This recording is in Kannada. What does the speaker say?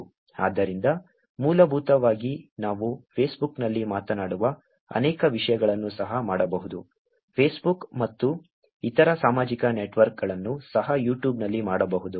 ಆದ್ದರಿಂದ ಮೂಲಭೂತವಾಗಿ ನಾವು ಫೇಸ್ಬುಕ್ನಲ್ಲಿ ಮಾತನಾಡುವ ಅನೇಕ ವಿಷಯಗಳನ್ನು ಸಹ ಮಾಡಬಹುದು ಫೇಸ್ಬುಕ್ ಮತ್ತು ಇತರ ಸಾಮಾಜಿಕ ನೆಟ್ವರ್ಕ್ಗಳನ್ನು ಸಹ ಯೂಟ್ಯೂಬ್ನಲ್ಲಿ ಮಾಡಬಹುದು